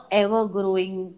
ever-growing